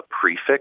prefix